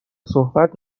صحبت